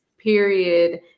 Period